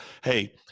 hey